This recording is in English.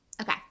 Okay